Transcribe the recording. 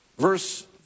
Verse